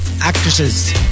actresses